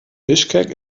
bischkek